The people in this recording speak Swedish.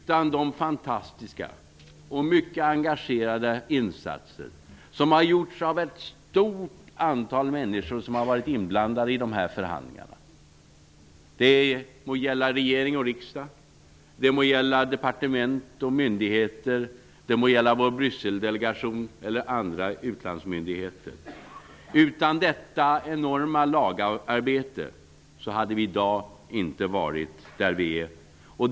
Utan de fantastiska och mycket engagerade insatser och det enorma lagarbete som har gjorts av ett stort antal människor som har varit inblandade i förhandlingarna -- det må gälla regering och riksdag, departement och myndigheter, vår Brysseldelegation eller andra utlandsmyndigheter -- hade vi i dag inte varit där vi är.